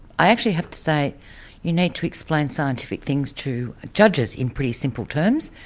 i actually have to say you need to explain scientific things to judges in pretty simple terms.